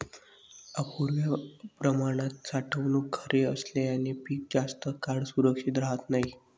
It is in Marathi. अपुर्या प्रमाणात साठवणूक घरे असल्याने पीक जास्त काळ सुरक्षित राहत नाही